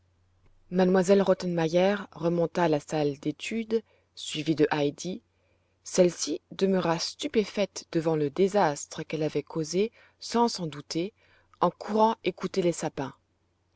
m elle rottenmeier remonta à la salle d'études suivie de heidi celle-ci demeura stupéfaite devant le désastre qu'elle avait causé sans s'en douter eu courant écouter les sapins